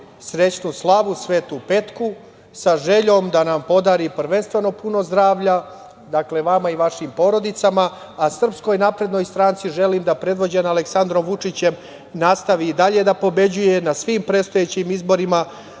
srećnu slavu sv. Petku, sa željom da nam podari, prvenstveno puno zdravlja, dakle vama i vašim porodicama, a SNS želim da predvođena Aleksandrom Vučićem nastavi dalje da pobeđuje, na svim predstojećim izborima,